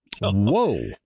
Whoa